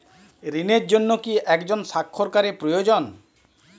ঋণের জন্য কি একজন স্বাক্ষরকারী প্রয়োজন?